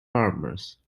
farmers